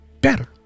better